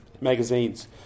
magazines